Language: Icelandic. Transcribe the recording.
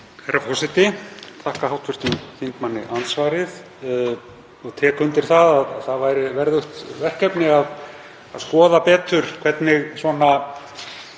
Herra forseti. Ég þakka hv. þingmanni andsvarið og tek undir að það væri verðugt verkefni að skoða betur hvernig svona